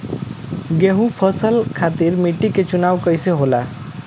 गेंहू फसल खातिर मिट्टी के चुनाव कईसे होला?